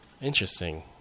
Interesting